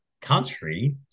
country